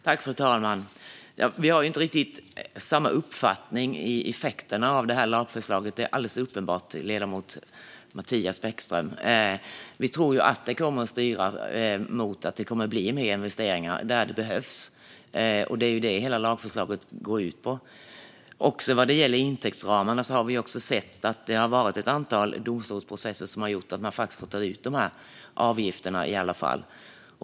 Fru talman! Vi har inte riktigt samma uppfattning om effekterna av detta lagförslag; det är alldeles uppenbart, ledamot Mattias Bäckström Johansson. Vi tror att detta kommer att styra mot att det kommer att bli mer investeringar där det behövs. Det är det som hela lagförslaget går ut på. Även när det gäller intäktsramarna har vi sett att det har varit ett antal domstolsprocesser som har gjort att de faktiskt får ta ut dessa avgifter.